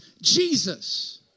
Jesus